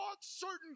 certain